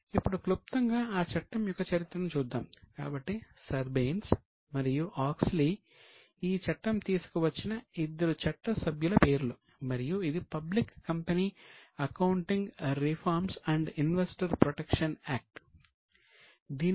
ఇప్పుడు క్లుప్తంగా ఆ చట్టం యొక్క చరిత్రను చూద్దాం